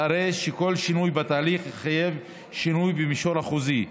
הרי שכל שינוי בתהליך יחייב שינוי במישור החוזי,